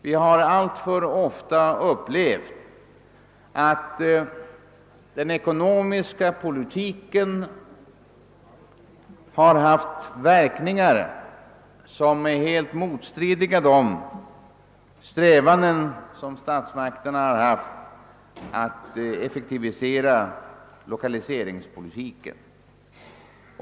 Vi har alltför ofta upplevt att den ekonomiska politiken haft verkningar som varit helt stridande mot statsmakternas strävanden att effektivisera lokaliseringspolitiken.